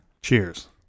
Cheers